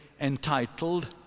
entitled